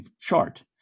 chart